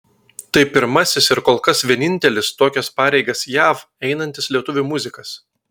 tai pirmasis ir kol kas vienintelis tokias pareigas jav einantis lietuvių muzikas